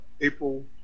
April